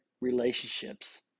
relationships